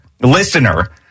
listener –